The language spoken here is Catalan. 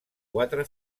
quatre